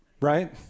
right